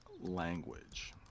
language